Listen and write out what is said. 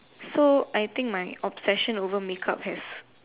so I think my obsession over make up has